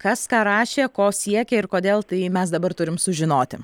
kas ką rašė ko siekė ir kodėl tai mes dabar turim turim sužinoti